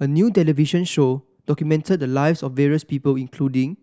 a new television show documented the lives of various people including